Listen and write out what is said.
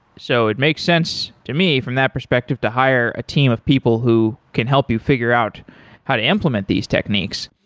so it makes sense to me from that perspective to hire a team of people who can help you figure out how to implement these techniques.